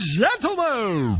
gentlemen